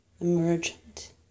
emergent